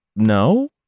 No